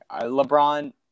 LeBron